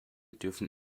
dürfen